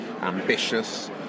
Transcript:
ambitious